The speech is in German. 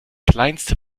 kleinste